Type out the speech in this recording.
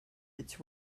its